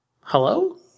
Hello